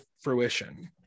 fruition